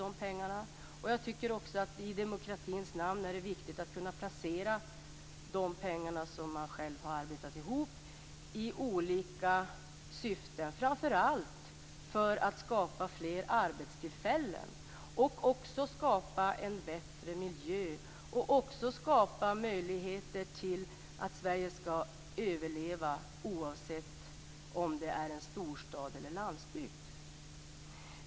Det är i demokratins namn också viktigt att man för olika syften skall kunna placera de pengar som man själv har arbetat ihop. Framför allt gäller det att skapa fler arbetstillfällen, en bättre miljö och möjligheter till överlevnad i Sverige oavsett om det gäller storstad eller landsbygd.